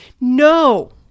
no